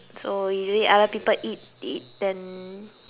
so easily other people eat eat then